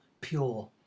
pure